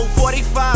45